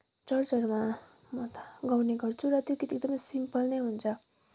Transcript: चर्चहरूमा म गाउने गर्छु र त्यो गीत एकदमै सिम्पल नै हुन्छ